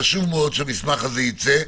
חשוב מאוד שהמסמך הזה ייצא.